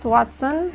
Watson